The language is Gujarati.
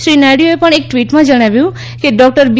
શ્રી નાયડુએ એક ટવીટમાં જણાવ્યું કે ડોકટર બી